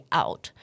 out